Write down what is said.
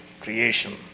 creation